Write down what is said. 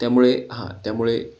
त्यामुळे हां त्यामुळे